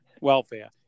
welfare